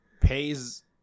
pays